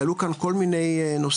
כי עלו כאן כל מיני נושאים,